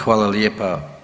Hvala lijepa.